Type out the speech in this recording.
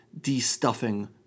de-stuffing